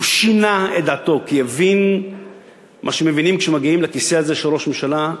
הוא שינה את דעתו כי הבין מה שמבינים כשמגיעים לכיסא הזה של ראש הממשלה: